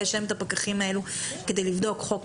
ויש להם את הפקחים האלו כדי לבדוק חוק